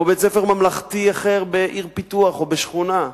או בית-ספר ממלכתי אחר בעיר פיתוח או בשכונה,